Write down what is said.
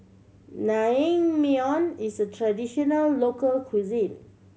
naengmyeon is a traditional local cuisine